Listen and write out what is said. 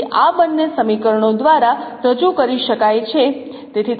તેથી આ બંને સમીકરણો દ્વારા રજૂ કરી શકાય છે